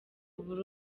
buri